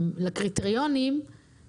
כמה מכרזים כאלה של מחיר מטרה יצאו כבר?